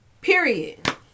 period